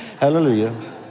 hallelujah